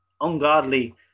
ungodly